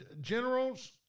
generals